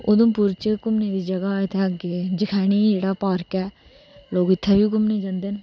उघमपुर च घूमने दी जगह चनैनी जेहड़ा पार्क ऐ लोग उत्थै बी घूमने गी जंदे